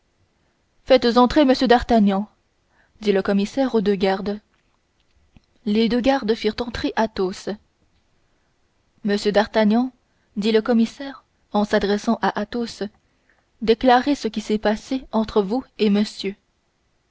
faites entrer m d'artagnan dit le commissaire aux deux gardes les deux gardes firent entrer athos monsieur d'artagnan dit le commissaire en s'adressant à athos déclarez ce qui s'est passé entre vous et monsieur